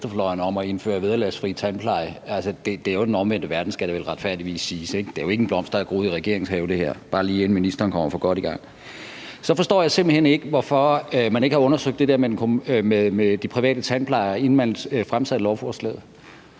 om at indføre vederlagsfri tandpleje. Det er jo den omvendte verden, skal det vel retfærdigvis siges. Det her er jo ikke en blomst, der har groet i regeringens have – bare lige inden ministeren kommer for godt i gang. Så forstår jeg simpelt hen ikke, hvorfor man ikke har undersøgt det der med de private tandplejere, inden man fremsatte lovforslaget.